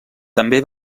també